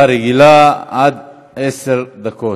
הצעה רגילה, עד עשר דקות.